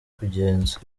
kugenza